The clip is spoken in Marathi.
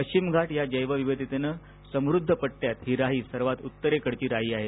पश्चिम घाट या जैवविविधतेन समुद्ध पट्टयात ही राई सर्वात उत्तरेकडील राई आहे